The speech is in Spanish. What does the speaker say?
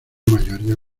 mayoría